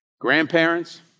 Grandparents